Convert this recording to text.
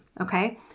Okay